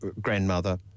grandmother